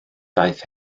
daeth